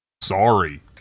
Sorry